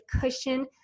cushion